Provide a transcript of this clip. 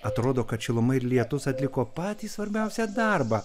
atrodo kad šiluma ir lietus atliko patį svarbiausią darbą